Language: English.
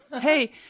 hey